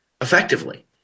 effectively